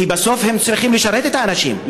כי בסוף הם צריכים לשרת את האנשים,